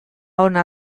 ona